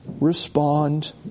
Respond